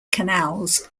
canals